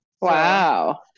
wow